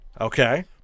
Okay